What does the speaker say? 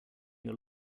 your